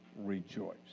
rejoice